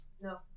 No